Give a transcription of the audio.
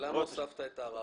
למה הוספת את העררים?